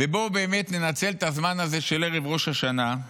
בואו באמת ננצל את הזמן הזה של ערב ראש השנה,